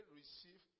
receive